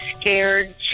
scared